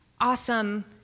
awesome